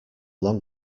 long